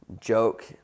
joke